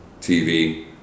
TV